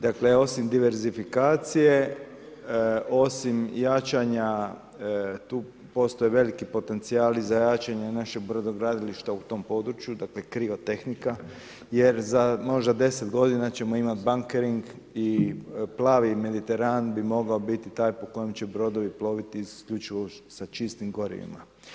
Dakle, osim diversifikacije, osim jačanja tu postoje veliki potencijali za jačanje našeg brodogradilišta u tom području, dakle kriva tehnika jer za možda 10 godina ćemo imati bankering i plavi Mediteran bi mogao biti taj po kojem će brodovi ploviti isključivo sa čistim gorivima.